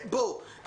בוא,